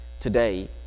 today